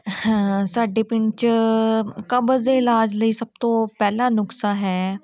ਹਾਂ ਸਾਡੇ ਪਿੰਡ 'ਚ ਕਬਜ਼ ਦੇ ਇਲਾਜ ਲਈ ਸਭ ਤੋਂ ਪਹਿਲਾ ਨੁਸਖਾ ਹੈ